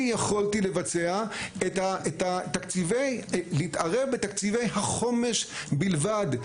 אני יכולתי לבצע ולהתערב בתקציבי החומש בלבד,